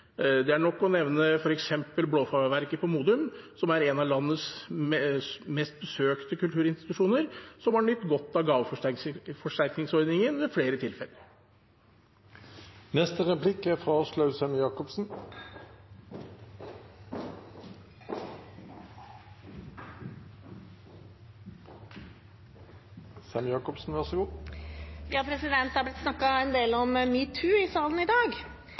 Det er nok å nevne f.eks. Blaafarveværket på Modum, som er en av landets mest besøkte kulturinstitusjoner, og som har nytt godt av gaveforsterkningsordningen ved flere tilfeller. Det har blitt snakket en del om metoo i salen i dag.